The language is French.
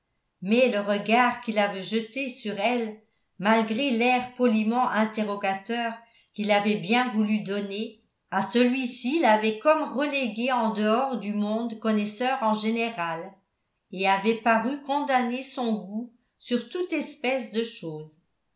mais le regard qu'il avait jeté sur elle malgré l'air poliment interrogateur qu'il avait bien voulu donner à celui-ci l'avait comme reléguée en dehors du monde connaisseur en général et avait paru condamner son goût sur toute espèce de choses